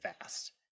fast